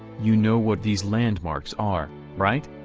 you know what these landmarks are, right?